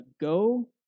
Go